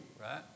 right